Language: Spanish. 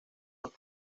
los